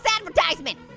advertisement.